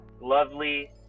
lovely